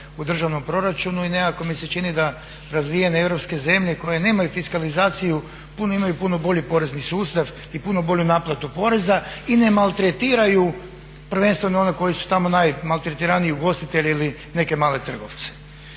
u državnom proračunu i nekako mi se čini da razvijene europske zemlje koje nemaju fiskalizaciju imaju puno bolji porezni sustav i puno bolju naplatu poreza i ne maltretiraju prvenstveno one koji su tamo najmaltretiraniji ugostitelji ili neke male trgovce,